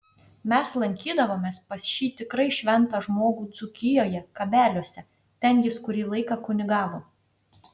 mes lankydavomės pas šį tikrai šventą žmogų dzūkijoje kabeliuose ten jis kurį laiką kunigavo